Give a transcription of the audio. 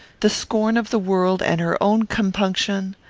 the scorn of the world, and her own compunction,